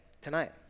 tonight